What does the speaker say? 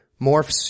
morphs